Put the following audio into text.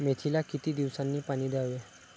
मेथीला किती दिवसांनी पाणी द्यावे?